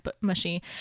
mushy